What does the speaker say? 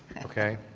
okay.